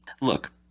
Look